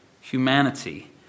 humanity